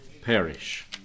perish